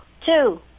two